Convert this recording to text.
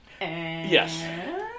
Yes